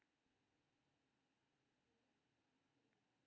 Tsai Lun के आविष्कार के तीन सय साल बाद आठम शताब्दी मे मध्य पूर्व मे कागज पहुंचलै